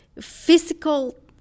physical